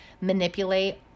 manipulate